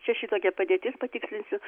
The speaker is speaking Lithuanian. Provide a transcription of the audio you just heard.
čia šitokia padėtis patikslinsiu